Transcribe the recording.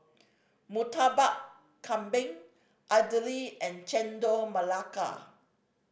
Murtabak Kambing idly and Chendol Melaka